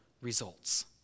results